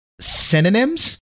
synonyms